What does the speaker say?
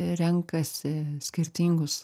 renkasi skirtingus